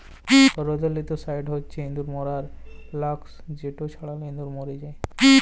rodenticide হছে ইঁদুর মারার লাসক যেট ছড়ালে ইঁদুর মইরে যায়